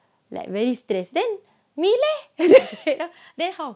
like very stress then me leh then how